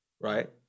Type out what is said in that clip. right